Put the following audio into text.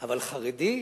אבל, חרדי?